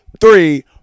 three